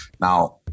Now